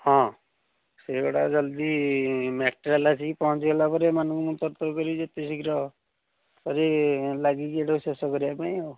ହଁ ସେଗୁଡ଼ା ଜଲ୍ଦି ମ୍ୟାଟେରିଆଲ୍ ଆସିକି ପହଞ୍ଚିଗଲା ପରେ ଏମାନଙ୍କୁ ମୁଁ ତର ତର ଯେତେ ଶୀଘ୍ର କରି ଲାଗିକି ଏଟାକୁ ଶେଷ କରିବା ପାଇଁ ଆଉ